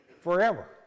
forever